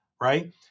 right